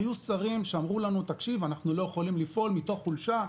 היו שרים שאמרו לנו: אנחנו לא יכולים לפעול מתוך חולשה,